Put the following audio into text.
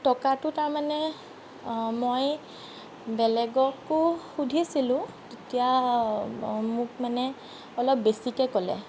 টকাটো তাৰ মানে মই বেলেগকো সুধিছিলোঁ তেতিয়া মোক মানে অলপ বেছিকৈ ক'লে